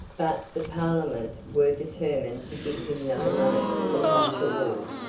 but, the parliament were determined to give him no money for such a war.